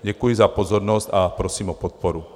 Děkuji za pozornost a prosím o podporu.